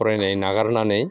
फरायनाय नागारनानै